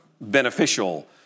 beneficial